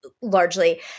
largely